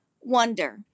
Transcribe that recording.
wonder